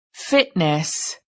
Fitness